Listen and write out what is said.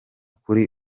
kuri